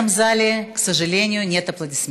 (אומרת דברים